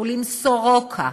בית-החולים סורוקה,